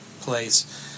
place